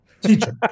Teacher